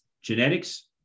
Genetics